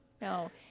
No